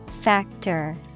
Factor